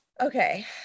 Okay